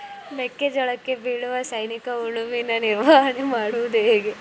ಮೆಕ್ಕೆ ಜೋಳಕ್ಕೆ ಬೀಳುವ ಸೈನಿಕ ಹುಳುವಿನ ನಿರ್ವಹಣೆ ಮಾಡುವುದು ಹೇಗೆ?